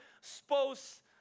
supposed